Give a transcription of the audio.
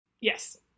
Yes